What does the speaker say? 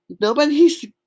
nobody's